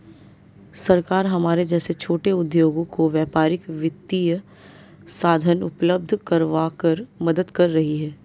सरकार हमारे जैसे छोटे उद्योगों को व्यापारिक वित्तीय साधन उपल्ब्ध करवाकर मदद कर रही है